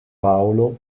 paolo